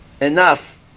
enough